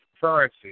currency